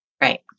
Right